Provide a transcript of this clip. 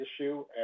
issue